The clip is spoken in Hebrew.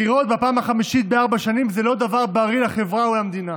בחירות בפעם החמישית בארבע שנים זה לא דבר בריא לחברה ולמדינה,